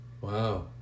Wow